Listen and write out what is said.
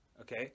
okay